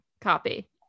Copy